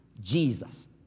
Jesus